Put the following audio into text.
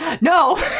No